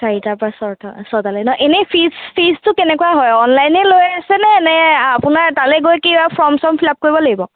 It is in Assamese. চাৰিটাৰ পৰা ছটালৈ ন এনে ফীজ ফীজটো কেনেকুৱা হয় অনলাইনে লৈ আছেনে নে আপোনাৰ তালে গৈ কিবা ফৰ্ম চৰ্ম ফিল আপ কৰিব লাগিব